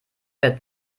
bett